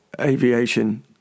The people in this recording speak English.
aviation